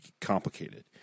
complicated